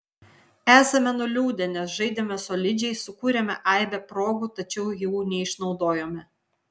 esame nuliūdę nes žaidėme solidžiai sukūrėme aibę progų tačiau jų neišnaudojome